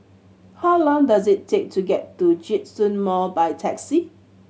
how long does it take to get to Djitsun Mall by taxi